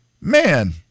man